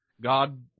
God